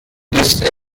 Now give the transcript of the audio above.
ist